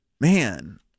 Man